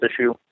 issue